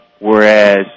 whereas